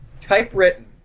typewritten